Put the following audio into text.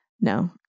No